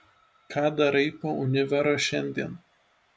ką darai po univero šiandien